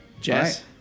Jess